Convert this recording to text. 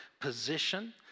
position